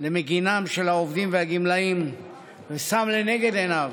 למגינם של העובדים והגמלאים ושם לנגד עיניו